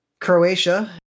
Croatia